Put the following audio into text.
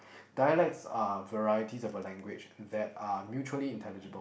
dialects are varieties of a language that are mutually intangible